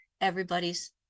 everybody's